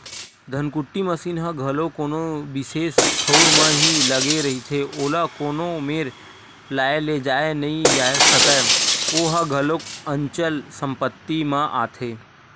धनकुट्टी मसीन ह घलो कोनो बिसेस ठउर म ही लगे रहिथे, ओला कोनो मेर लाय लेजाय नइ जाय सकय ओहा घलोक अंचल संपत्ति म आथे